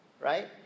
right